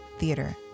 theater